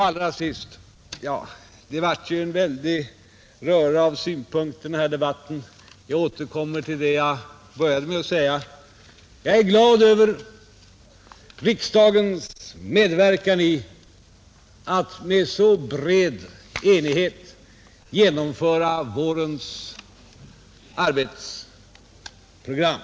Allra sist — det blev ju en väldig röra av synpunkter i den här debatten — återkommer jag till det som jag började med att säga, att jag är glad över riksdagens medverkan i att genomföra vårens arbetsprogram med så bred enighet.